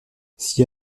s’y